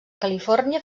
califòrnia